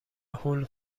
هول